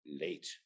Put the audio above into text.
late